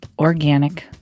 organic